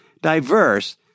diverse